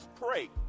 pray